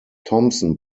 thompson